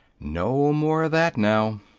no more of that now.